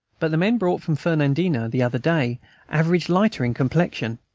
but the men brought from fernandina the other day average lighter in complexion,